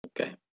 Okay